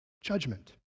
judgment